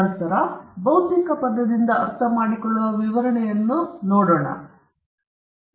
ನಂತರ ಬೌದ್ಧಿಕ ಪದದಿಂದ ಅರ್ಥಮಾಡಿಕೊಳ್ಳುವ ವಿವರಣೆಯನ್ನು ನಾವು ವಿವರಿಸಬೇಕಾಗಿದೆ